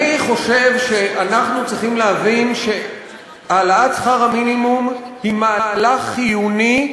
אני חושב שאנחנו צריכים להבין שהעלאת שכר המינימום היא מהלך חיוני,